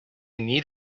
need